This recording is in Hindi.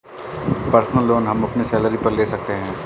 पर्सनल लोन हम अपनी सैलरी पर ले सकते है